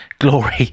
glory